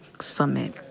Summit